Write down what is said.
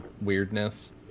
weirdness